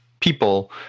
people